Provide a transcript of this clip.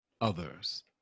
others